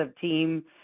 team